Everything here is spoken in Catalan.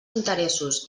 interessos